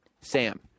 Sam